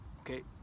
okay